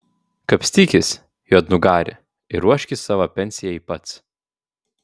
kapstykis juodnugari ir ruoškis savo pensijai pats